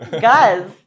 guys